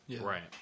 Right